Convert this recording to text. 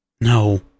No